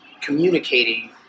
communicating